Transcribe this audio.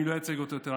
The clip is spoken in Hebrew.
אני לא אייצג אותו יותר.